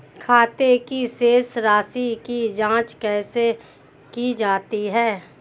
खाते की शेष राशी की जांच कैसे की जाती है?